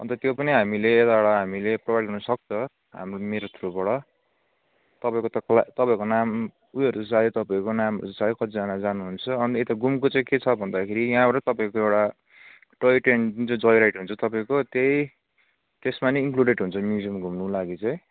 अन्त त्यो पनि हामीले यताबाट हामीले प्रोभाइड गर्नुसक्छ हाम्रो मेरो थ्रुबाट तपाईँको तर्फ वा तपाईँहरूको नाम उयोहरू चाहियो तपाईँहरूको नामहरू चाहियो कतिजना जानुहुन्छ अन्त यता घुमको चाहिँ के छ भन्दाखेरि यहाँबाट तपाईँको एउटा टोय ट्रेन जुन चाहिँ जोइ राइड हुन्छ तपाईँको त्यही त्यसमा नै इन्क्लुडेट हुन्छ म्युजियम घुम्नुको लागि चाहिँ